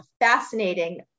fascinating